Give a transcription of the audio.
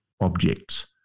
objects